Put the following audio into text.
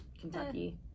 kentucky